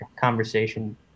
conversation